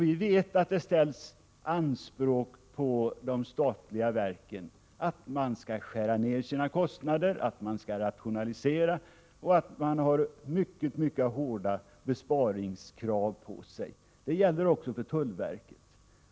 Vi vet att det ställs anspråk på de statliga verken att de skall skära ner sina kostnader och rationalisera. De har mycket hårda besparingskrav på sig. Det gäller även tullverket.